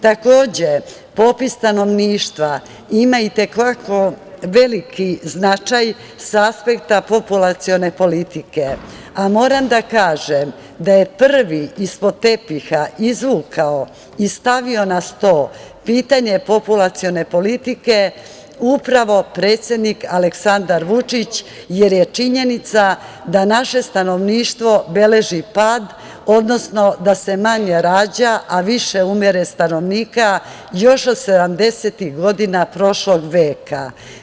Takođe, popis stanovništva ima i te kako veliki značaj sa aspekta populacione politike, a moram da kažem da je prvi ispod tepiha izvukao i stavio na sto pitanje populacione politike upravo predsednik Aleksandar Vučić jer je činjenica da naše stanovništva beleži pad, odnosno da se manje rađa, a više umire stanovnika još od sedamdesetih godina prošlog veka.